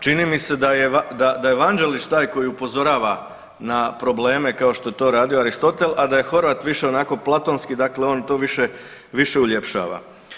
Čini mi se da je Vanđelić taj koji upozorava na probleme kao što je to radio Aristotel, a da je Horvat više onako platonski, dakle on to više, više uljepšava.